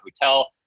hotel